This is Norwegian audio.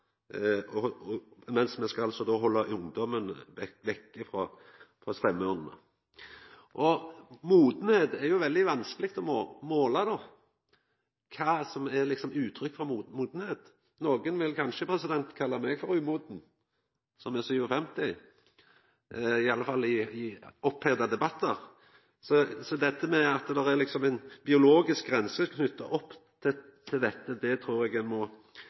altså skal halda ungdommen vekk frå stemmeurnene. Modnad er veldig vanskeleg å måla, altså kva som er uttrykk for modnad. Nokre ville kanskje kalla meg, som er 57 år, for umoden, i alle fall i oppheta debattar. Dette med at det liksom er ein biologisk grense knytt opp til dette trur eg ein må